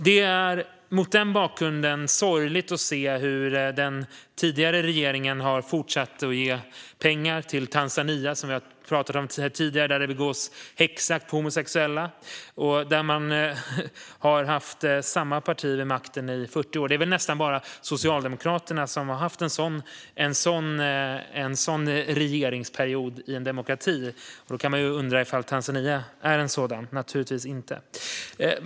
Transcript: Det är mot den bakgrunden sorgligt att se att den tidigare regeringen har fortsatt att ge pengar till Tanzania där det begås hetsjakt på homosexuella. Samma parti har varit vid makten i 40 år. Det är nästan bara Socialdemokraterna i Sverige som har haft en så lång regeringsperiod. Då kan man undra om Tanzania är en demokrati - naturligtvis inte.